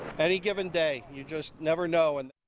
any given day you just never know. and